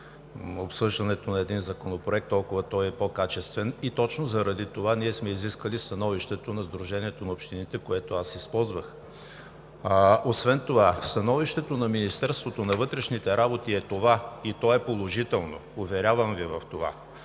обсъждането на един законопроект, толкова той е по-качествен и точно заради това ние сме изискали становището на Сдружението на общините, което аз използвах. Освен това становището на Министерството на вътрешните работи е това, и то е положително, уверявам Ви в това.